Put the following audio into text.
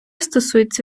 стосується